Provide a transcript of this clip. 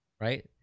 Right